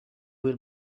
will